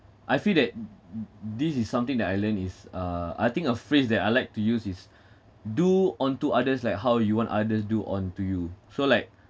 I feel that this is something that I learn is uh I think a phrase that I like to use is do onto others like how you want others do onto you so like